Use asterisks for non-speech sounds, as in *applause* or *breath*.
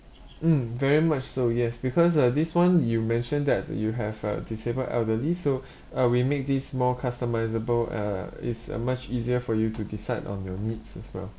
mm very much so yes because uh this [one] you mentioned that you have a disabled elderly so *breath* uh we make this more customisable uh it's uh much easier for you to decide on your needs as well